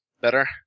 better